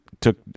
took